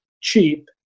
cheap